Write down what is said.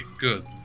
Good